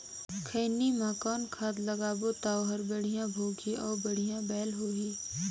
खैनी मा कौन खाद लगाबो ता ओहार बेडिया भोगही अउ बढ़िया बैल होही?